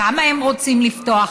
כמה הם רוצים לפתוח,